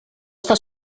està